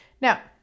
Now